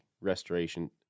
restoration